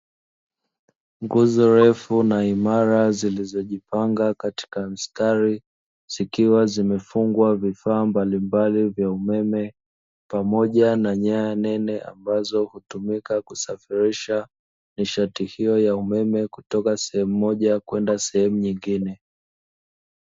Nguzo refu na imara zilizojipanga katika mstari zikiwa zimefungwa vifaa mbalimbali vya umeme, pamoja na nyaya nene ambazo hutumika kusafirisha nishati hiyo ya umeme kutoka sehemu moja kwenda sehemu nyingine.